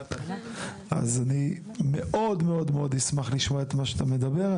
אני מאוד אשמח לשמוע את מה שאתה מדבר,